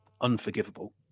unforgivable